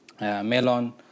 Melon